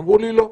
אמרו לי שלא.